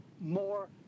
more